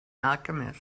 alchemist